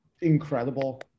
incredible